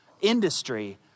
industry